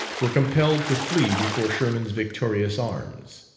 were compelled to flee before sherman's victorious arms.